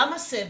למה סבל?